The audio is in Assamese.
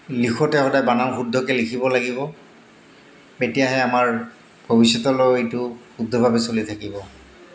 লিখোঁতে সদায় বানান শুদ্ধকৈ লিখিব লাগিব তেতিয়াহে আমাৰ ভৱিষ্যতলৈ এইটো শুদ্ধভাৱে চলি থাকিব